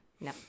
no